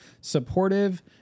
supportive